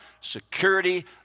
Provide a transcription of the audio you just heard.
security